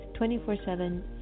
24-7